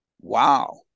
Wow